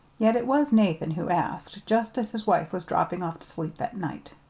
yet it was nathan who asked, just as his wife was dropping off to sleep that night